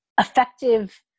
effective